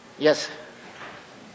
Yes